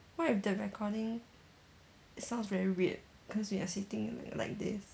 what if the recording sounds very weird cause we are sitting like this